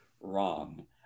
wrong